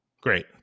Great